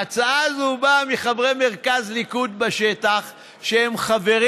ההצעה הזאת באה מחברי ליכוד בשטח שהם חברים